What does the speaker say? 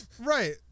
Right